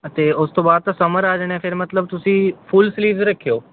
ਅਤੇ ਉਸ ਤੋਂ ਬਾਅਦ ਤਾਂ ਸਮਰ ਆ ਜਾਣੇ ਫਿਰ ਮਤਲਬ ਤੁਸੀਂ ਫੁਲ ਸਲੀਵਜ ਰੱਖਿਓ